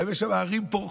היום יש שם ערים פורחות.